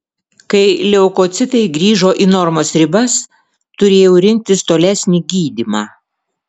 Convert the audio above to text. kai leukocitai grįžo į normos ribas turėjau rinktis tolesnį gydymą